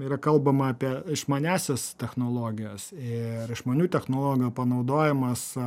yra kalbama apie išmaniąsias technologijas ir išmanių technologijų panaudojimas